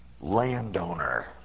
landowner